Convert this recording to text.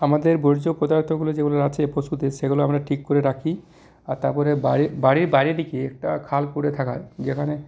আমাদের বর্জ্য পদার্থগুলো যেগুলো আছে পশুদের সেগুলো আমরা ঠিক করে রাখি আর তার পরে বাড়ির বাইরের দিকে একটা খাল করে থাকায় যেখানে